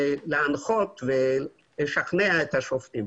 להנחות ולשכנע את השופטים.